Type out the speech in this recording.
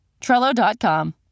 Trello.com